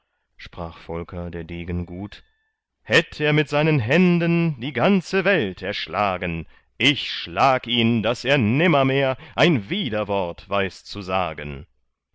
sprach volker der degen gut hätt er mit seinen händen die ganze welt erschlagen ich schlag ihn daß er nimmermehr ein widerwort weiß zu sagen